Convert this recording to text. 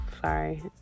sorry